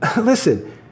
listen